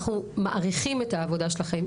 אנחנו מעריכים את העבודה שלכם,